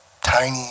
tiny